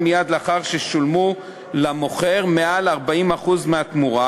מייד לאחר ששולמו למוכר מעל 40% מהתמורה,